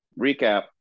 recap